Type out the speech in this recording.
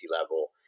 level